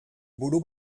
buru